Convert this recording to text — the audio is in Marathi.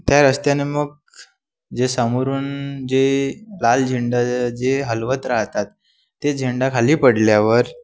त्या रस्त्याने मग जे समोरून जे लाल झेंडा जे हलवत राहतात ते झेंडा खाली पडल्यावर